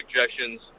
suggestions